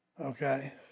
okay